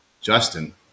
Justin